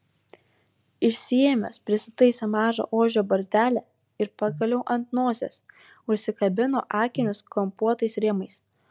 išsiėmęs prisitaisė mažą ožio barzdelę ir pagaliau ant nosies užsikabino akinius kampuotais rėmais